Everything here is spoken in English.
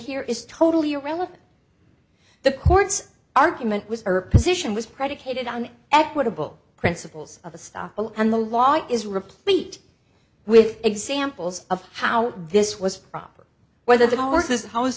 here is totally irrelevant the court's argument was her position was predicated on equitable principles of the stuff and the law is replete with examples of how this was proper whether the law works is how is